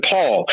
Paul